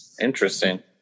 Interesting